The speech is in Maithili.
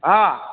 हँ